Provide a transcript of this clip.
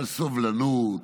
על סובלנות,